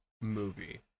movie